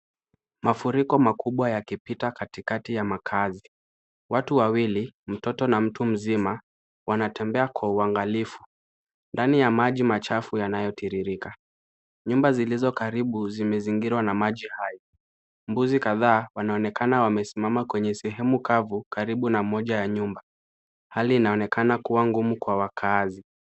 Mafuriko makubwa yakipita katikati ya makaazi. Watu wawili, mtoto na mtu mzima, wanatembea kwa uangalifu ndani ya maji machafu yanayotiririka. Nyumba zilizokaribu zimezingirwa na maji hayo. Mbuzi kadhaa wanaonekana wamesimama kwenye sehemu kavu karibu na moja ya nyumba. Hali inaonekana kuwa ngumu kwa wakaazi.